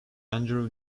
andrew